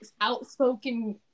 outspoken